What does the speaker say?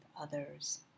others